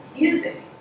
music